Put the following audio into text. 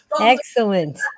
Excellent